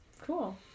Cool